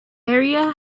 area